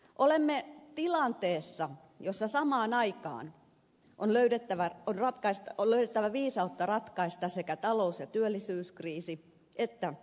olemme tilanteessa jossa samaan aikaan on löydettävä viisautta ratkaista sekä talous ja työllisyyskriisi että ilmastokriisi